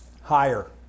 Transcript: Higher